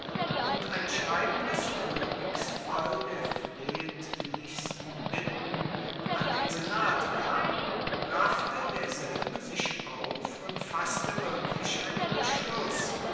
und ein schreiben des königs voll der flehentlichsten bitten an den senat kam raffte derselbe sich auf und faßte wirklich einen beschluß